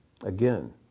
again